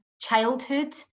childhood